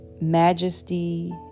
majesty